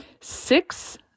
six